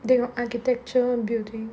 they got architecture building